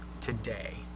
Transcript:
today